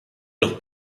los